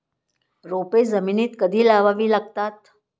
रोपे जमिनीत कधी लावावी लागतात?